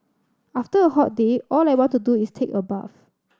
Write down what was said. after a hot day all I want to do is take a bath